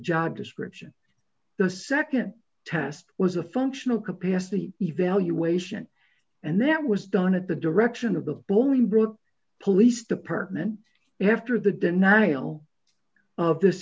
job description the nd test was a functional capacity evaluation and that was done at the direction of the bolingbrook police department after the denial of this